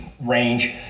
range